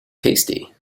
tasty